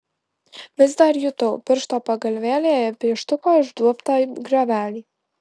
vis dar jutau piršto pagalvėlėje pieštuko išduobtą griovelį